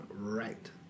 right